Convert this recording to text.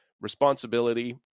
responsibility